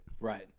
right